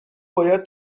باید